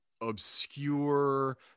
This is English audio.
obscure